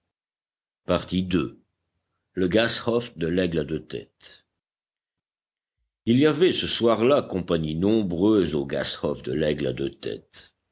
têtes le gasthof de l'aigle à deux têtes il y avait ce soir-là compagnie nombreuse au gasthof de l aigle à deux têtes